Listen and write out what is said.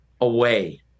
away